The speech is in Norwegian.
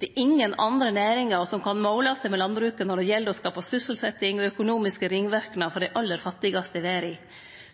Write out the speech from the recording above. Det er ingen andre næringar som kan måle seg med landbruket når det gjeld å skape sysselsetting og økonomiske ringverknader for dei aller fattigaste i verda.